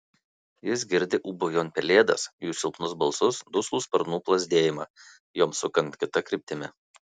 jis girdi ūbaujant pelėdas jų silpnus balsus duslų sparnų plazdėjimą joms sukant kita kryptimi